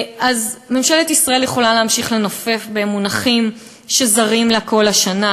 אז ממשלת ישראל יכולה להמשיך לנופף במונחים שזרים לה כל השנה,